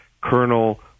Colonel